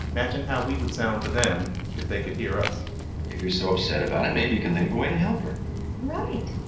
imagine how we would sound to them if they could hear us if you're so upset about it, maybe you can think of a way to help her right.